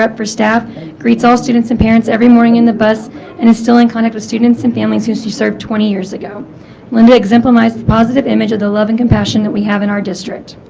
for staff greets all students and parents every morning in the bus and is still in contact with students and families who she served twenty years ago linda exemplifies the positive image of the love and compassion that we have in our district